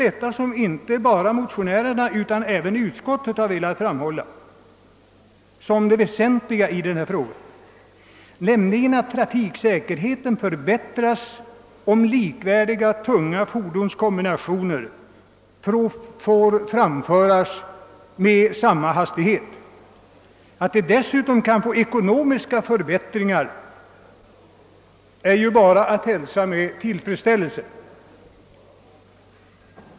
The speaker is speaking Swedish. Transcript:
Vad inte bara motionärerna utan även utskottet velat framhålla som det väsentligaste i den här frågan är att trafiksäkerheten förbättras, om likvärdiga, tunga fordonskombinationer får framföras med samma hastighet. Att det dessutom kan medföra ekonomiska förbättringar är ju bara att hälsa med tillfredsställelse.